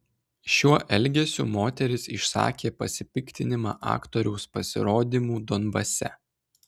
šiuo elgesiu moteris išsakė pasipiktinimą aktoriaus pasirodymu donbase